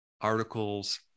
articles